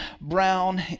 Brown